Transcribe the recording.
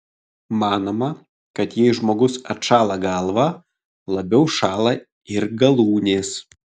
manoma kad jei žmogus atšąla galvą labiau šąla ir galūnės